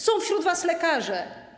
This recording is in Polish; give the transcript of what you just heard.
Są wśród was lekarze.